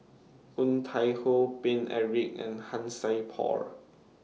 Woon Tai Ho Paine Eric and Han Sai Por